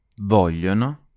vogliono